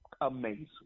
amazing